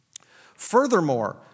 Furthermore